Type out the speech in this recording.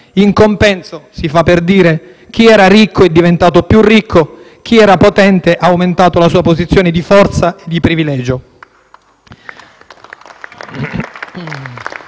In compenso, si fa per dire, chi era ricco è diventato più ricco e chi era potente ha aumentato la sua posizione di forza e privilegio.